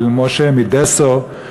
של משה מדעסוי,